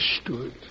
stood